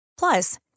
Plus